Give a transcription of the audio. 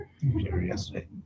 Yesterday